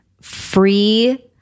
free